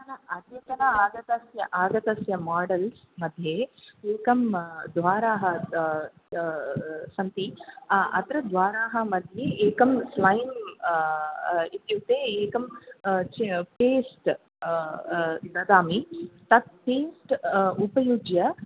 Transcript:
अद्यतन आगतस्य आगतस्य माडल् मध्ये एकं द्वारं सन्ति अत्र द्वाराः मध्ये एकं लैन् इत्युक्ते एकं च् पेस्ट् ददामि तत् पेस्ट् उपयुज्य